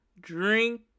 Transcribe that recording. drink